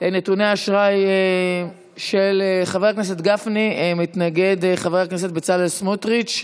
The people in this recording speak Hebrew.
נתוני אשראי של חבר הכנסת גפני מתנגד חבר הכנסת בצלאל סמוטריץ',